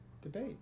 debate